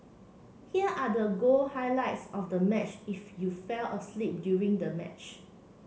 here are the goal highlights of the match if you fell asleep during the match